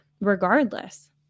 regardless